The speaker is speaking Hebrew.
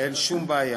אין שום בעיה.